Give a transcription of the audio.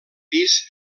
pis